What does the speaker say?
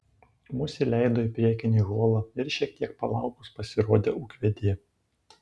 mus įleido į priekinį holą ir šiek tiek palaukus pasirodė ūkvedė